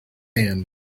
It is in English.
hand